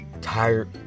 tired